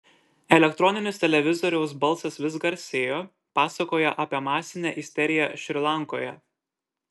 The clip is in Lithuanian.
elektroninis televizoriaus balsas vis garsėjo pasakojo apie masinę isteriją šri lankoje